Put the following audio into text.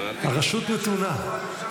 הרשות נתונה.